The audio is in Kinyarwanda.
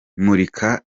murika